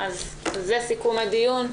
אז זה סיכום הדיון.